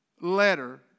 letter